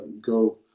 go